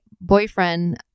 boyfriend